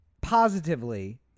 positively